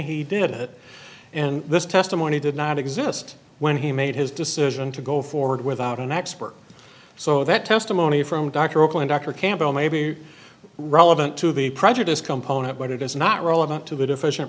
he did it and this testimony did not exist when he made his decision to go forward without an expert so that testimony from dr oakland dr campbell may be relevant to the prejudice component but it is not relevant to the deficient